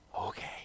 Okay